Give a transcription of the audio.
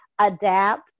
adapt